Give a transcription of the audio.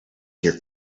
here